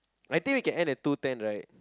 I think we can end at two ten right